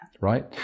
right